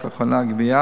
רק לאחרונה הגבייה,